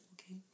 okay